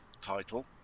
title